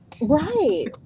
right